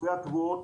בנושא התבואות,